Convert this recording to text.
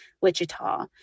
Wichita